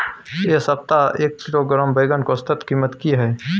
ऐ सप्ताह एक किलोग्राम बैंगन के औसत कीमत कि हय?